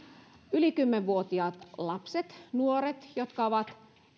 yli kymmenen vuotiaat lapset ja nuoret jotka ovat